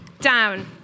down